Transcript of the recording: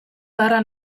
beharra